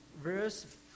verse